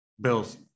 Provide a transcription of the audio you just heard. Bills